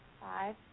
Five